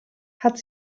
hat